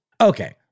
Okay